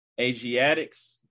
Asiatics